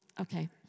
Okay